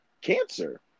cancer